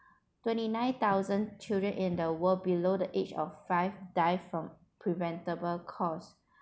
twenty nine thousand children in the world below the age of five die from preventable cause